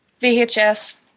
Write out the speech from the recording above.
VHS